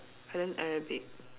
I learn Arabic